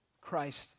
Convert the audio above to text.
Christ